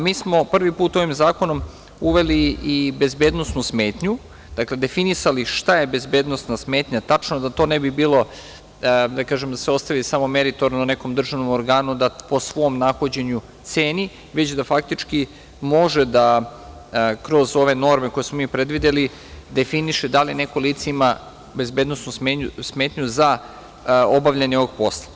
Mi smo prvi put ovim zakonom uveli i bezbednosnu smetnju, dakle, definisali šta je bezbednosna smetnja tačno, da to ne bi bilo da se ostavi samo meritorno nekom državnom organu da po svom nahođenju ceni, već da faktički može da kroz ove norme koje smo mi predvideli definiše da li neko lice ima bezbednosnu smetnju za obavljanje ovog posla.